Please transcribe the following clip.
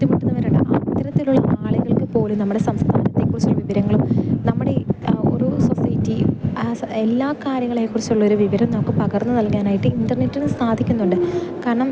ബുദ്ധിമുട്ടുന്നവർ ഉണ്ട് അത്തരത്തിലുള്ള ആളുകൾക്ക് പോലും നമ്മുടെ സംസ്ഥാനത്തെ കുറിച്ചുള്ള വിവരങ്ങളും നമ്മുടെ ഈ ഒരു സൊസൈറ്റിയും എല്ലാ കാര്യങ്ങളെ കുറിച്ച് ഉള്ളൊരു വിവരം നമുക്ക് പകർന്ന് നൽകാനായിട്ട് ഇൻ്റർനെറ്റിന് സാധിക്കുന്നുണ്ട് കാരണം